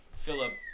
Philip